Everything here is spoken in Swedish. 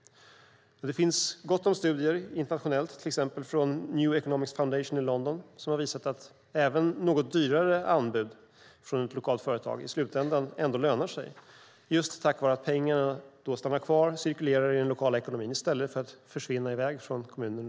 Det finns gott om studier internationellt, till exempel från The New Economics Foundation i London, som har visat att även något dyrare anbud från ett lokalt företag i slutändan ändå lönar sig, just tack vare att pengarna då stannar kvar och cirkulerar i den lokala ekonomin i stället för att försvinna i väg från kommunen.